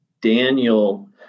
Daniel